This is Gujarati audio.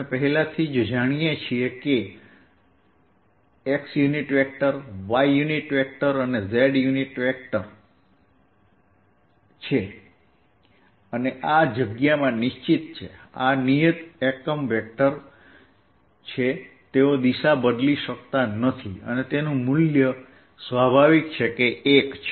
આપણે પહેલાથી જ જાણીએ છીએ કે x y અને z યુનિટ વેક્ટર છે અને આ જગ્યામાં નિશ્ચિત છે આ નિયત યુનિટ વેક્ટર છે તેઓ દિશા બદલી શકતા નથી અને તેનું મૂલ્ય સ્વાભાવિક છે કે 1 છે